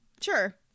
sure